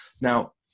Now